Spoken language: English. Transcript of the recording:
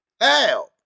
Help